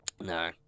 No